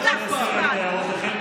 יש לכם איפה ואיפה.